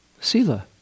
sila